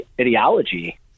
ideology